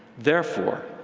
therefore,